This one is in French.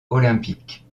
olympique